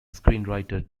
screenwriter